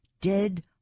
dead